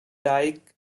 dyke